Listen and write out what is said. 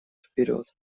вперед